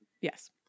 Yes